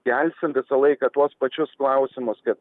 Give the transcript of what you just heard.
kelsim visą laiką tuos pačius klausimus kad